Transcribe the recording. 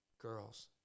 girls